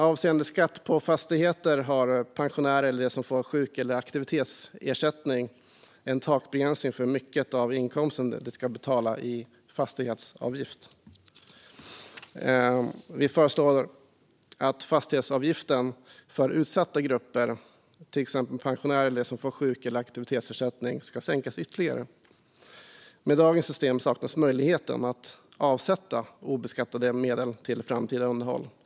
Avseende skatt på fastigheter har pensionärer eller de som får sjuk eller aktivitetsersättning en takbegränsning för hur mycket av inkomsten de ska betala i fastighetsavgift. Vi föreslår att fastighetsavgiften för utsatta grupper, till exempel pensionärer eller de som får sjuk eller aktivitetsersättning, ska sänkas ytterligare. Med dagens system saknas möjligheten att avsätta obeskattade medel till framtida underhåll.